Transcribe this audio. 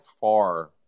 far